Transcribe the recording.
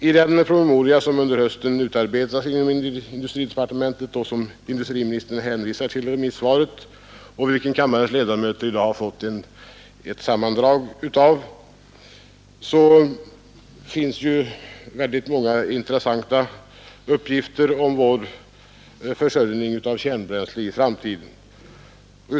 I den promemoria som under hösten utarbetats inom industridepartementet och som industriministern hänvisar till i interpellationssvaret och vilken kammarens ledamöter i dag fått ett sammandrag av finns många intressanta uppgifter om vår försörjning av kärnbränsle i framtiden.